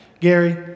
Gary